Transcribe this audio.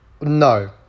No